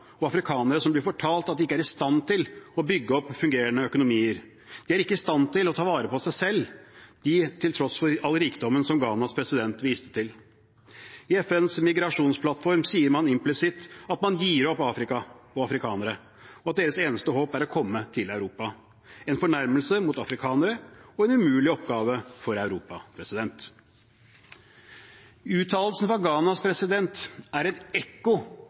og afrikanere som blir fortalt at de ikke er i stand til å bygge opp fungerende økonomier. De er ikke i stand til å ta vare på seg selv, til tross for all rikdommen, som Ghanas president viste til. I FNs migrasjonsplattform sier man implisitt at man gir opp Afrika og afrikanere, og at deres eneste håp er å komme til Europa – en fornærmelse mot afrikanere og en umulig oppgave for Europa. Uttalelsen fra Ghanas president er et ekko